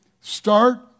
start